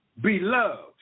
Beloved